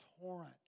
torrent